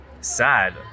sad